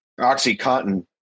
Oxycontin